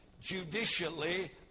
judicially